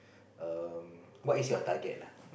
um what is your target lah